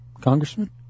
Congressman